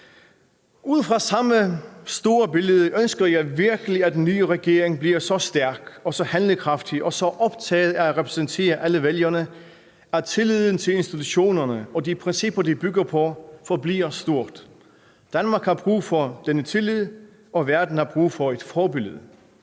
Ud fra samme store billede ønsker jeg virkelig, at den nye regering bliver så stærk og så handlekraftig og så optaget af at repræsentere alle vælgerne, at tilliden til institutionerne og de principper, de bygger på, forbliver stor. Danmark har brug for denne tillid, og verden har brug for et forbillede.